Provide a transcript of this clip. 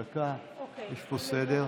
דקה, יש פה סדר.